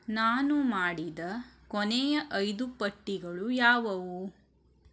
ನಾನು ಮಾಡಿದ ಕೊನೆಯ ಐದು ಪಟ್ಟಿಗಳು ಯಾವವು